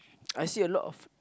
I see a lot of